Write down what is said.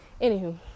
Anywho